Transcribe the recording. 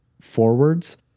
forwards